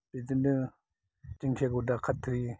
बिदिनो दिंखियाखौ दाखार थोयो